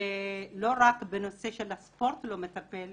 לא רק בנושא של הספורט לא מטפל,